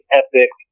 epic